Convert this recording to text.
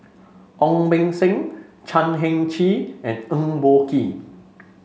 Ong Beng Seng Chan Heng Chee and Eng Boh Kee